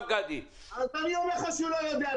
אני אומר לך שהוא לא יודע.